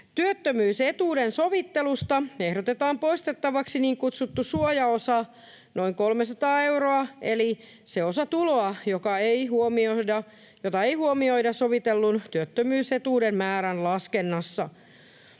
Työttömyysetuuden sovittelusta ehdotetaan poistettavaksi niin kutsuttu suojaosa, noin 300 euroa, eli se osa tuloa, jota ei huomioida sovitellun työttömyysetuuden määrän laskennassa.